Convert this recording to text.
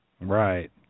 Right